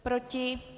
Proti?